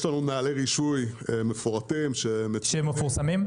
יש לנו נהלי רישוי מפורטים, והם מפורסמים.